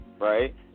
right